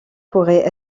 pourrait